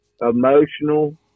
emotional